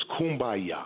kumbaya